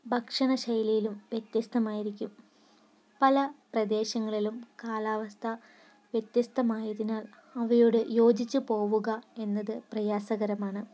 ഭക്ഷണശൈലിയിലും വ്യത്യസ്തമായിരിക്കും പല പ്രദേശങ്ങളിലും കാലാവസ്ഥ വ്യത്യസ്തമായതിനാൽ അവയോട് യോജിച്ച് പോവുക എന്നത് പ്രയാസകരമാണ്